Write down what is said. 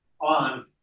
on